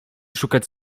szukać